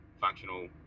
functional